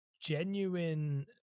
genuine